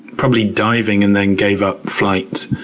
probably, diving and then gave up flight.